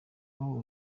ubu